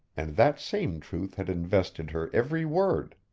and that same truth had invested her every word.